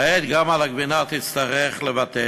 כעת גם על הגבינה היא תצטרך לוותר,